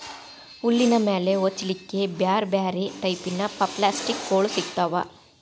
ಹುಲ್ಲಿನ ಮೇಲೆ ಹೊಚ್ಚಲಿಕ್ಕೆ ಬ್ಯಾರ್ ಬ್ಯಾರೆ ಟೈಪಿನ ಪಪ್ಲಾಸ್ಟಿಕ್ ಗೋಳು ಸಿಗ್ತಾವ